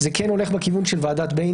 אם אני פוגש קבוצה של 20 אנשים,